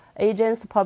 Agents